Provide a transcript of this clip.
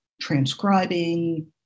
transcribing